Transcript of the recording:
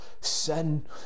sin